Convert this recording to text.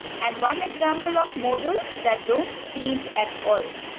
and one example of modals that don't change at all.